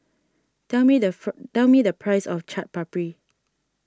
tell me the fur tell me the price of Chaat Papri